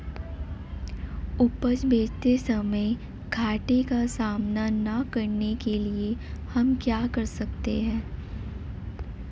उपज बेचते समय घाटे का सामना न करने के लिए हम क्या कर सकते हैं?